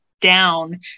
down